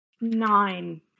nine